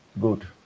good